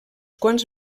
quants